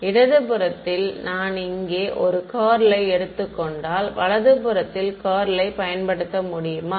மாணவர் இடது புறத்தில் நான் இங்கே ஒரு கர்ல் யை எடுத்துக் கொண்டால் வலது புறத்தில் கர்ல் யை பயன்படுத்த முடியுமா